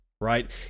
right